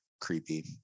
creepy